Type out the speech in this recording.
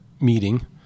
meeting